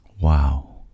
Wow